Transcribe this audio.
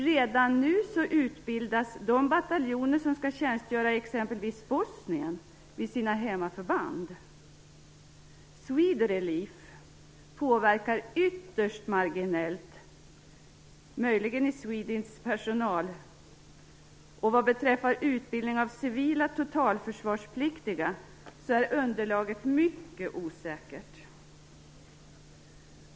Redan nu utbildas de bataljoner vid sina hemmaförband som skall tjänstgöra i exempelvis Bosnien. Swedrelief påverkar ytterst marginellt SWEDINT:s personal. Vad beträffar utbildningen av civila totalförsvarspliktiga är underlaget mycket osäkert.